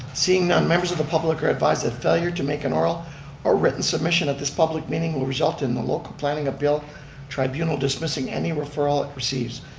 seeing no members of the public are advised that failure to make an oral or written submission of this public meeting will result in the local planning a bill tribunal dismissing any referral it receives.